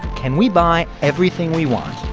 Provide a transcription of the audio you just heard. can we buy everything we want?